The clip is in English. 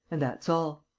and that's all.